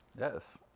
Yes